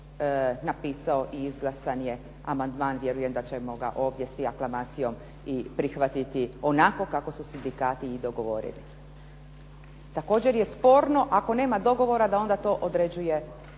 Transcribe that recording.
napisao i izglasan je amandman vjerujem da ćemo ga svi ovdje aklamacijom i prihvatiti onako kako su sindikati dogovorili. Također je sporno ako nema dogovora da onda osnovicu određuje